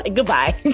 Goodbye